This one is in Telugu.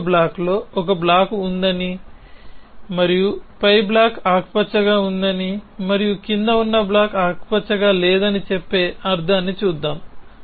మరొక బ్లాకులో ఒక బ్లాక్ ఉందని మరియు పై బ్లాక్ ఆకుపచ్చగా ఉందని మరియు క్రింద ఉన్న బ్లాక్ ఆకుపచ్చగా లేదని చెప్పే అర్థాన్ని చూద్దాం